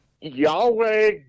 Yahweh